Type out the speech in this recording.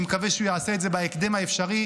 אני מקווה שהוא יעשה את זה בהקדם האפשרי,